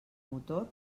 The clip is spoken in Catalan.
motor